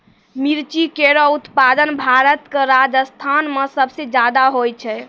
मिर्ची केरो उत्पादन भारत क राजस्थान म सबसे जादा होय छै